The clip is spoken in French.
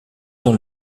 dans